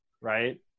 right